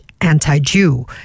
anti-jew